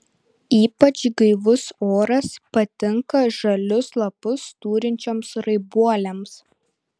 ypač gaivus oras patinka žalius lapus turinčioms raibuolėms